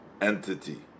entity